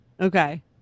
Okay